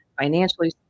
Financially